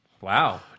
Wow